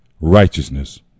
righteousness